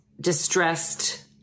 distressed